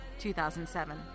2007